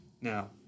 Now